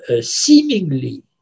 seemingly